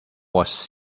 was